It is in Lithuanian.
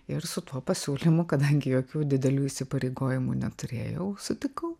ir su tuo pasiūlymu kadangi jokių didelių įsipareigojimų neturėjau sutikau